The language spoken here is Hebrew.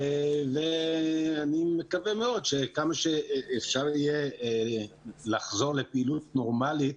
אם אפשר יהיה לחזור לפעילות נורמלית,